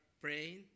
praying